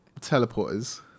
teleporters